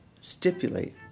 stipulate